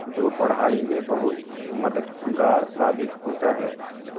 جو پڑھائی میں بہت مددگار ثابت ہوتا ہے